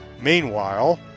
Meanwhile